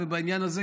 ובעניין הזה,